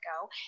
go